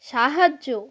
সাহায্য